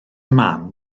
man